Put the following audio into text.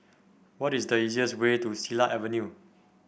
what is the easiest way to Silat Avenue